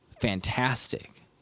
fantastic